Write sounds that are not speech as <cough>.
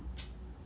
<noise>